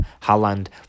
Holland